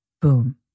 boom